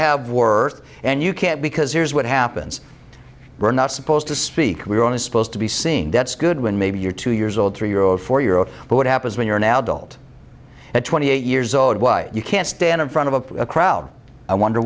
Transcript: have worth and you can't because here's what happens we're not supposed to speak we're only supposed to be seeing that's good when maybe you're two years old three year old four year old what happens when you're an adult at twenty eight years old why you can't stand in front of a crowd i wonder